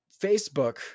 facebook